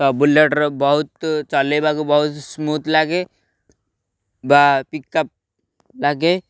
ତ ବୁଲେଟ୍ର ବହୁତ ଚଲେଇବାକୁ ବହୁତ ସ୍ମୁଥ୍ ଲାଗେ ବା ପିକ୍ଅପ୍ ଲାଗେ